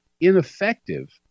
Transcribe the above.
ineffective